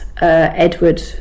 Edward